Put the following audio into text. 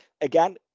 again